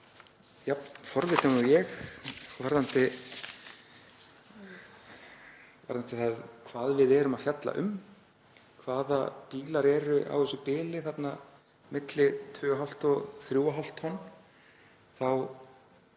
jafn forvitinn og ég varðandi það hvað við erum að fjalla um, hvaða bílar eru á þessu bili, milli 2,5 og 3,5 tonn, þá